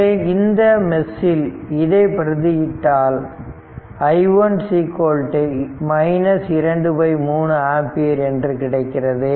எனவே இந்த மெஸ்ஸில் இதனை பிரதி இடுவதால் i1 2 3 ஆம்பியர் என்று கிடைக்கிறது